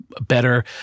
better